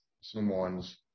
someone's